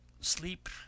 sleep